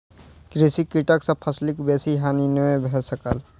कृषि कीटक सॅ फसिलक बेसी हानि नै भ सकल